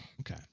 Okay